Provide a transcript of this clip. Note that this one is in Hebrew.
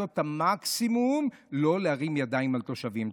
צריך לעשות את המקסימום ולא להרים ידיים על תושבים.